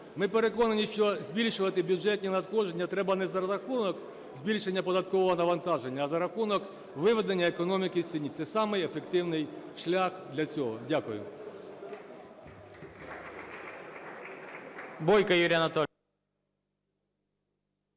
Ми переконані, що збільшувати бюджетні надходження треба не за рахунок збільшення податкового навантаження, а за рахунок виведення економіки з тіні – це самий ефективний шлях для цього. Дякую.